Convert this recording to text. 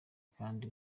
kandi